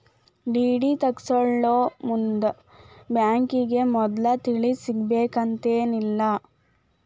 DD ತಗ್ಸ್ಕೊಳೊಮುಂದ್ ಬ್ಯಾಂಕಿಗೆ ಮದ್ಲ ತಿಳಿಸಿರ್ಬೆಕಂತೇನಿಲ್ಲಾ